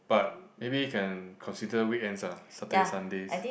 but maybe you can consider weekends uh Saturday Sundays